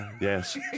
Yes